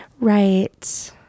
Right